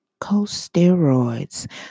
corticosteroids